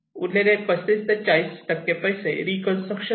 उरलेले 35 ते 40 पैसे रीकन्स्ट्रक्शन Reconstruction